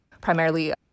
primarily